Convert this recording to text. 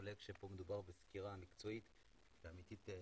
הייתה סקירה מקצועית אמיתית.